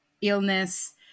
illness